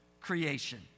creation